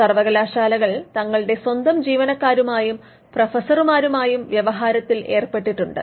സർവ്വകലാശാലകൾ തങ്ങളുടെ സ്വന്തം ജീവനക്കാരുമായും പ്രൊഫസറുമാരുമായും വ്യവഹാരത്തിൽ ഏർപ്പെട്ടിട്ടുണ്ട്